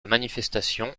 manifestation